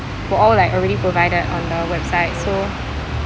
were all like already provided on the website so